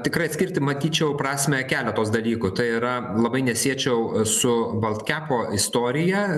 tikrai atskirti matyčiau prasmę keletos dalykų tai yra labai nesiečiau su baltkepo istorija